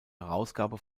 herausgabe